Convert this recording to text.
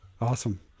Awesome